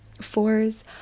Fours